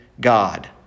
God